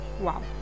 Wow